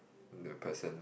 the person